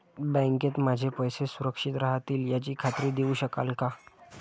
बँकेत माझे पैसे सुरक्षित राहतील याची खात्री देऊ शकाल का?